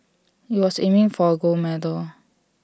he was aiming for A gold medal